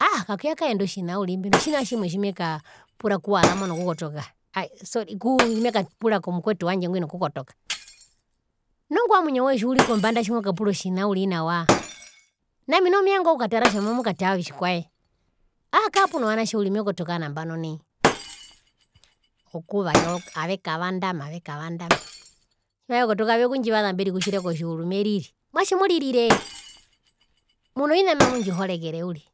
Aaaha kakuyakaenda otjina uriri mbino tjina tjimwe kumekapura ku uazamo nokukotoka aaha sorry kumekapura komukwetu wandje ngwi nokukotoka, nu ongwae omwinyo woye tjiurikombanda tjimokapura otjina uriri nawa? Nami noho mevanga okukatara kutja mamukatara otjikwae kako kara puno vanatje uriri matukotoka nambano nai, okuvaya avekavandama ovekavandama tjimavekotoka vekundjivaza amberikutjire kotjiuru meriri, mwatje moririye muno vina mbimamundjihorekere uriri